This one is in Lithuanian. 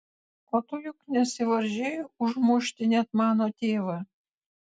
o tu juk nesivaržei užmušti net mano tėvą